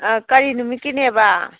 ꯀꯔꯤ ꯅꯨꯃꯤꯠꯀꯤꯅꯦꯕ